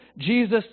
Jesus